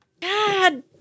God